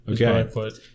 okay